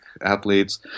athletes